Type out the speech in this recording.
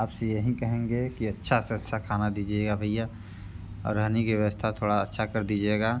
आप से यहीं कहेंगे कि अच्छे से अच्छा खाना दिजिएगा भैया और रहने की व्यवस्था थोड़ा अच्छा कर दीजिएगा